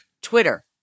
Twitter